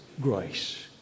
grace